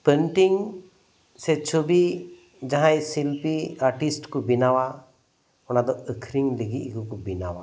painting ᱥᱮ ᱪᱷᱚᱵᱤ ᱡᱟᱦᱟᱸᱭ ᱥᱤᱞᱯᱤ ᱟᱨᱴᱤᱥᱴ ᱠᱚ ᱵᱮᱱᱟᱣᱟ ᱚᱱᱟ ᱫᱚ ᱟᱠᱷᱨᱤᱧ ᱞᱟᱹᱜᱤᱜ ᱜᱮᱠᱚ ᱵᱮᱱᱟᱣᱟ